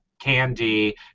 Candy